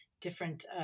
different